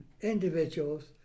individuals